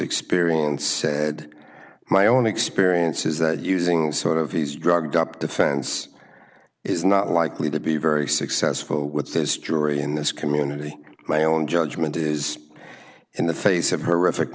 experienced said my own experience is that using sort of his drugged up defense is not likely to be very successful with this jury in this community my own judgment is in the face of horrific